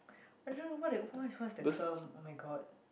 I don't know what it what's what's that term oh-my-God